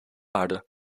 aarde